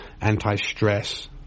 anti-stress